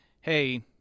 hey